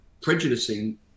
prejudicing